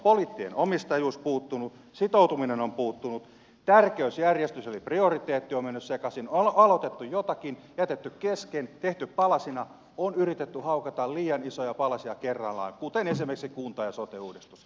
poliittinen omistajuus on puuttunut sitoutuminen on puuttunut tärkeysjärjestys eli prioriteetti on mennyt sekaisin on aloitettu jotakin jätetty kesken tehty palasina on yritetty haukata liian isoja palasia kerrallaan kuten esimerkiksi kunta ja sote uudistus